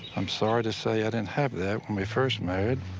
i'm sorry to say i didn't have that when we first married.